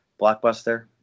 blockbuster